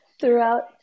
Throughout